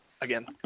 again